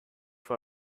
for